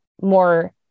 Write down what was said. more